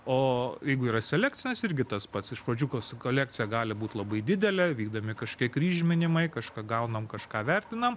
o jeigu yra selekcinės irgi tas pats iš pradžių kolekcija gali būt labai didelė vykdomi kažkaip kryžminimai kažką gaunam kažką vertinam